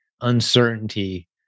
uncertainty